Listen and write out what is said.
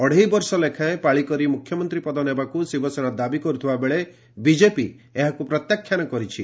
ଅଢେଇ ବର୍ଷ ଲେଖାଏଁ ପାଳି କରି ମୁଖ୍ୟମନ୍ତ୍ରୀ ପଦ ନେବାକୁ ଶିବସେନା ଦାବି କରୁଥିବା ବେଳେ ବିଜେପି ଏହାକୁ ପ୍ରତ୍ୟାଖ୍ୟାନ କରିଛି